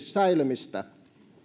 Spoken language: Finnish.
säilömistä